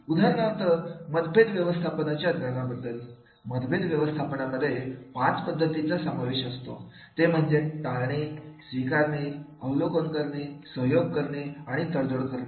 उदाहरणार्थ मतभेद व्यवस्थापनाच्या ज्ञानाबद्दल मतभेद व्यवस्थापनामध्ये पाच पद्धतींचा समावेश असतो ते म्हणजे टाळणे स्वीकारणे अवलोकन करणे सहयोग करणे आणि तडजोड करणे